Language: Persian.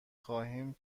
خواهیم